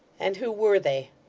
and who were they?